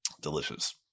Delicious